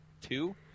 two